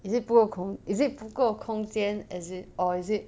is it 不够空 is it 不够空间 as it or is it